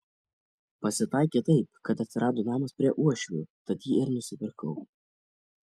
pasitaikė taip kad atsirado namas prie uošvių tad jį ir nusipirkau